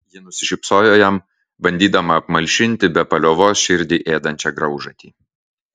ji nusišypsojo jam bandydama apmalšinti be paliovos širdį ėdančią graužatį